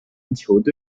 篮球队